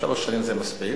שלוש שנים זה מספיק,